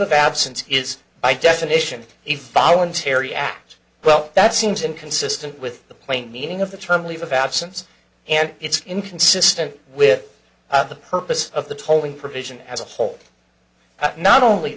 of absence is by definition a fallen terry act well that seems inconsistent with the plain meaning of the term leave of absence and it's inconsistent with the purpose of the tolling provision as a whole not only